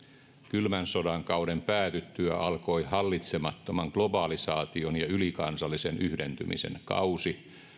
kylmän sodan kauden päätyttyä alkoi hallitsemattoman globalisaation ja ylikansallisen yhdentymisen kausi